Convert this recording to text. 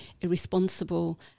irresponsible